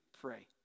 pray